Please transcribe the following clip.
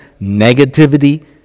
negativity